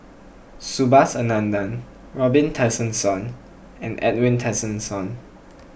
Subhas Anandan Robin Tessensohn and Edwin Tessensohn